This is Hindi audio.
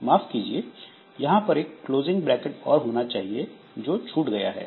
माफ कीजिए यहां पर एक क्लोजिंग ब्रैकेट और होना चाहिए जो छूट गया है